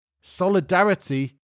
solidarity